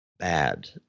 bad